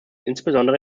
insbesondere